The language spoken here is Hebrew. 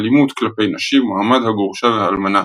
אלימות כלפי נשים ומעמד הגרושה והאלמנה.